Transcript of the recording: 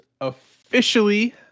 officially